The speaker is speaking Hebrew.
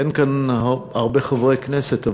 אין כאן הרבה חברי כנסת,